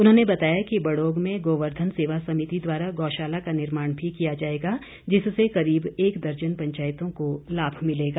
उन्होंने बताया कि बड़ोग में गोवर्धन सेवा समिति द्वारा गोशाला का निर्माण भी किया जाएगा जिससे करीब एक दर्जन पंचायतों को लाभ मिलेगा